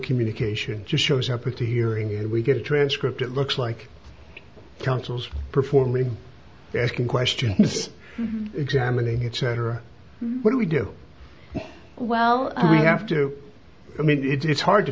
communication shows up or to hearing and we get a transcript it looks like counsels performing asking questions examining its center what do we do well you have to i mean it's hard to